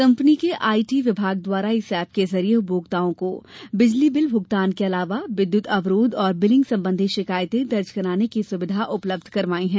company के IT विभाग द्वारा इस एप के जरिए उपभोक्ताओं को बिजली बिल भूगतान के अलावा विद्युत अवरोध और बिलिंग संबंधी शिकायतें दर्ज कराने की सुविधा उपलब्ध करवाई है